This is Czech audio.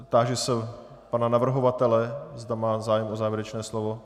Táži se pana navrhovatele, zda má zájem o závěrečné slovo.